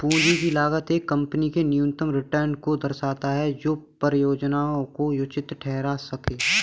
पूंजी की लागत एक कंपनी के न्यूनतम रिटर्न को दर्शाता है जो परियोजना को उचित ठहरा सकें